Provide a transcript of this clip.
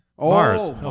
Mars